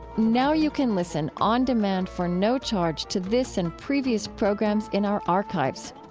now you can listen on demand for no charge to this and previous programs in our archives.